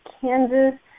Kansas